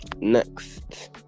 next